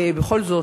בכל זאת,